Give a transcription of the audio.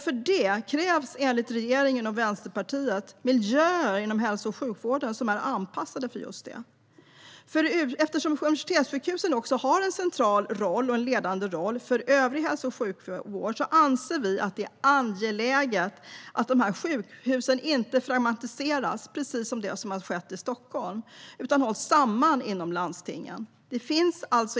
För det krävs, enligt regeringen och Vänsterpartiet, miljöer inom hälso och sjukvården som är anpassade för just detta. Eftersom universitetssjukhusen har en central och ledande roll för övrig hälso och sjukvård anser vi att det är angeläget att dessa sjukhus inte fragmenteras, vilket har skett i Stockholm, utan hålls samman inom landstingen.